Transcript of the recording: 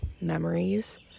memories